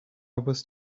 was